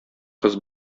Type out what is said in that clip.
кыз